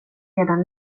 redan